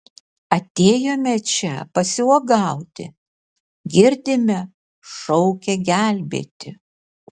atėjome čia pasiuogauti girdime šaukia gelbėti